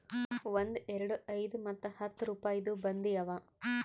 ಒಂದ್, ಎರಡು, ಐಯ್ದ ಮತ್ತ ಹತ್ತ್ ರುಪಾಯಿದು ಬಂದಿ ಅವಾ